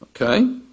Okay